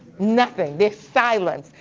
nothing, there's silence,